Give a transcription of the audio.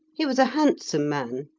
he was a handsome man,